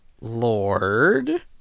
Lord